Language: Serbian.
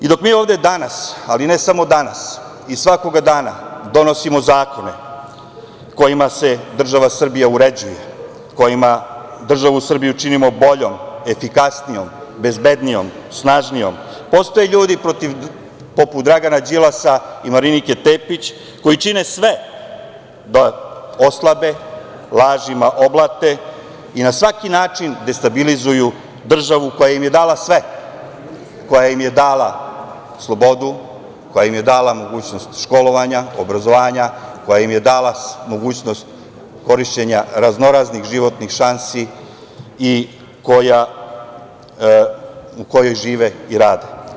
I, dok mi ovde danas, ali ne samo danas i svakoga dana donosimo zakone kojima se država Srbija uređuje, kojima državu Srbiju činimo boljom, efikasnijom, bezbednijom, snažnijom, postoje ljudi poput Dragana Đilasa i Marinike Tepić koji čine sve da oslabe lažima oblate i na svaki način destabilizuju državu koja im je dala sve, koja im je dala slobodu, koja im je dala mogućnost školovanja, obrazovanja, koja im je dala mogućnost korišćenja raznoraznih životnih šansi u kojoj žive i rade.